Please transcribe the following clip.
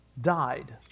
died